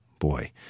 Boy